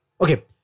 Okay